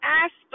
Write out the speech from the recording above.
ask